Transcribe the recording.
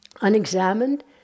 Unexamined